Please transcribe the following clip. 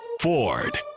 Ford